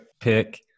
pick